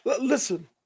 listen